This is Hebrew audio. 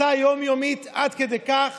הסתה יום-יומית, עד כדי כך